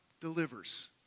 delivers